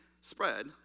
spread